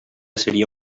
seria